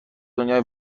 دنیای